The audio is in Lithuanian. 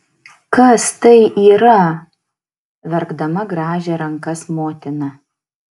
kas tai yra verkdama grąžė rankas motina